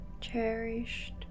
cherished